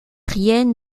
rien